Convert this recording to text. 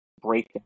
break